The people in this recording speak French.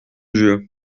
dieu